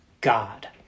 God